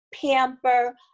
pamper